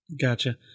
Gotcha